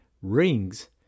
rings